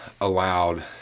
allowed